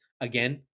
Again